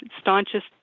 staunchest